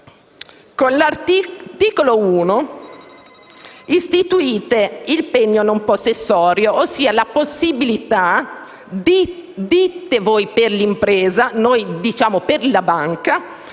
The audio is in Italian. Con l'articolo 1 istituite il pegno non possessorio, ossia la possibilità - voi dite per l'impresa, noi diciamo a vantaggio